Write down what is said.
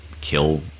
kill